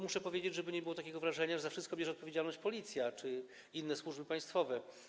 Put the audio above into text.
Muszę to powiedzieć, żeby nie było takiego wrażenia, że za wszystko bierze odpowiedzialność Policja czy inne służby państwowe.